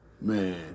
Man